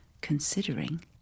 considering